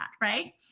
right